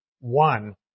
one